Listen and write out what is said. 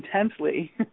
intensely